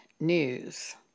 news